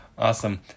Awesome